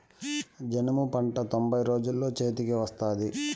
జనుము పంట తొంభై రోజుల్లో చేతికి వత్తాది